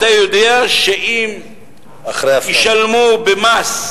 אתה יודע שאם משפחה במעמד